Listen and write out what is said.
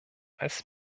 als